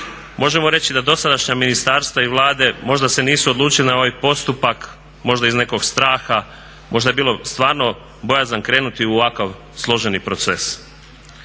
možemo reći da dosadašnja ministarstva i vlade možda se nisu odlučila na ovaj postupak možda iz nekog straha, možda je bilo stvarno bojazan krenuti u ovako složeni proces.